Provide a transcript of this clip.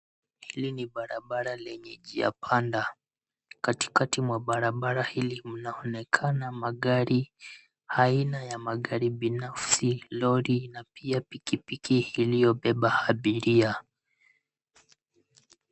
Hili ni barabara lenye njia panda, katikati mwa barabara hili mnaonekana magari. Aina ya magari binafsi, lori na pia pikipiki iliyobeba abiria.